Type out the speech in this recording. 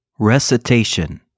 RECITATION